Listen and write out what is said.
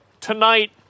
tonight